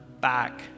back